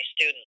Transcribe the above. students